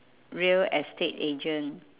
real estate agent